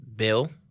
Bill